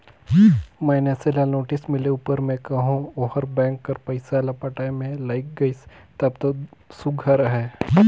मइनसे ल नोटिस मिले उपर में कहो ओहर बेंक कर पइसा ल पटाए में लइग गइस तब दो सुग्घर अहे